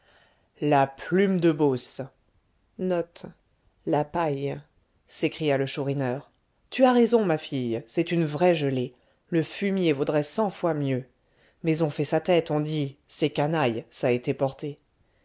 la plume de beauce s'écria le chourineur tu as raison ma fille c'est une vraie gelée le fumier vaudrait cent fois mieux mais on fait sa tête on dit c'est canaille ç'a été porté